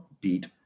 beat